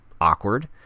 Awkward